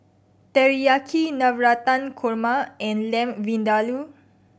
Teriyaki Navratan Korma and Lamb Vindaloo